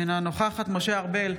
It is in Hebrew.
אינה נוכחת משה ארבל,